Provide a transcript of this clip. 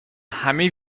همه